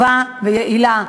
טובה ויעילה.